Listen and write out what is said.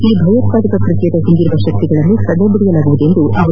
ಈ ಭಯೋತ್ಪಾದಕ ಕೃತ್ವದ ಹಿಂದಿರುವ ಶಕ್ತಿಗಳನ್ನು ಸದೆಬಡಿಯಲಾಗುವುದು ಎಂದರು